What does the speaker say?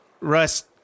Russ